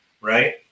right